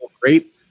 great